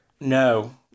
No